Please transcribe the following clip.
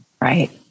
right